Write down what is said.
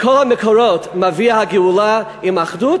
לפי כל המקורות, הגאולה מגיעה עם אחדות.